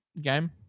game